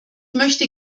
möchte